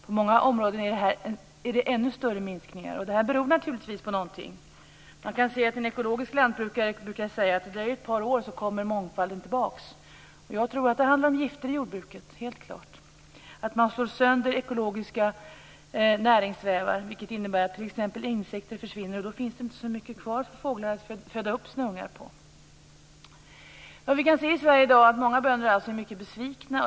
På många områden är det fråga om ännu större minskningar. Detta beror naturligtvis på någonting. En ekologisk lantbrukare brukar säga att det dröjer ett par år. Sedan kommer mångfalden tillbaka. Jag tror att det är helt klart att det handlar om gifter i jordbruket, att man slår sönder ekologiska näringsvävar. Det innebär att t.ex. insekter försvinner, och då finns det inte så mycket kvar för fåglar att föda upp sina ungar på. Vad vi kan se i Sverige i dag är att många bönder är mycket besvikna.